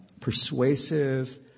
persuasive